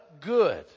good